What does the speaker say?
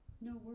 No